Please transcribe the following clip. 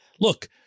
look